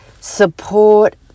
support